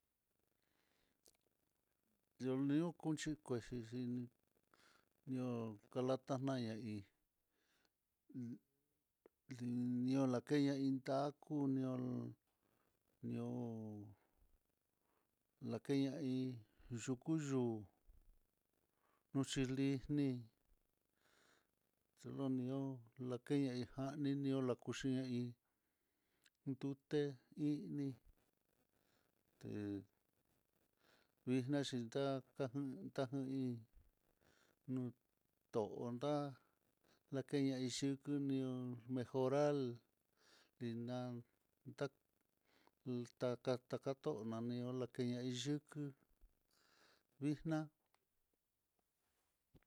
Yo nion kuxhi kuexhi xhini nio kalatana na hí li'ó lakenya iin ka kunion, ñoo lakeña iin yuku yoo, luxhilini xolonió lakeña nijan ninio lakuña iin nduete ini té vixniá xhikata tajun iin nuu tondá keiña iyuku nion mejoral ninan nda'a taka takato nani ñolakeya yuku vixna'a.